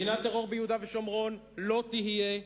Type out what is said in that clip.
מדינת טרור ביהודה ושומרון לא תהיה,